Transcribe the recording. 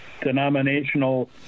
denominational